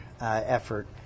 effort